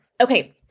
Okay